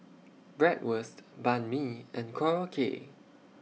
Bratwurst Banh MI and Korokke